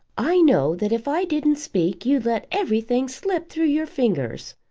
i know that if i didn't speak you'd let everything slip through your fingers.